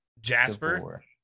Jasper